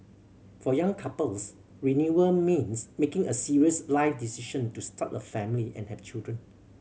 for young couples renewal means making a serious life decision to start a family and have children